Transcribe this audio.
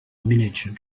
miniature